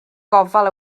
gofal